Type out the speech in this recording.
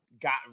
got